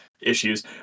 issues